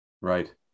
Right